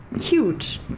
huge